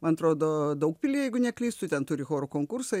man atrodo daugpily jeigu neklystu ten turi chorų konkursą